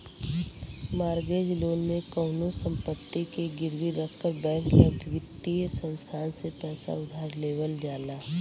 mortgage loan में कउनो संपत्ति के गिरवी रखकर बैंक या वित्तीय संस्थान से पैसा उधार लेवल जाला